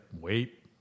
wait